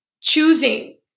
choosing